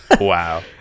wow